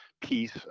piece